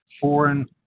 foreign